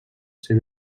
ser